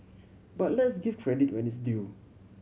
but let's give credit where it is due